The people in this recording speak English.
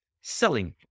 selling